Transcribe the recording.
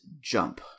Jump